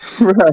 Right